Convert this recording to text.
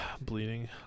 Bleeding